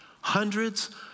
hundreds